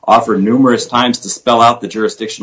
offered numerous times to spell out the jurisdiction